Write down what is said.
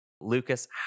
Lucas